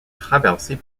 traversée